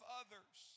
others